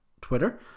Twitter